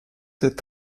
cette